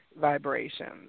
vibrations